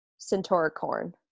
Centauricorn